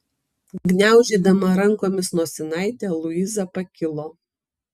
gniaužydama rankomis nosinaitę luiza pakilo